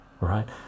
right